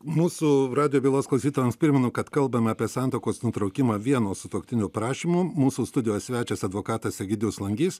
mūsų radijo bilas klausytojams primenu kad kalbame apie santuokos nutraukimą vieno sutuoktinio prašymu mūsų studijos svečias advokatas egidijus langys